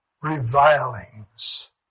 revilings